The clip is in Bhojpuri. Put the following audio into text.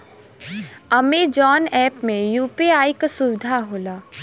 अमेजॉन ऐप में यू.पी.आई क सुविधा होला